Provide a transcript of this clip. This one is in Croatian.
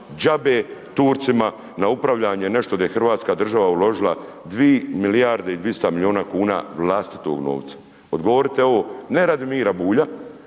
džabe Turcima na upravljanje nešto gdje je Hrvatska država uložila 2 milijarde i 200 milijuna kuna vlastitog novca. Odgovorite ovo ne radi Mira Bulja,